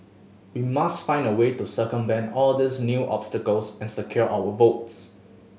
we must find a way to circumvent all these new obstacles and secure our votes